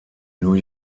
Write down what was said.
new